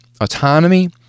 autonomy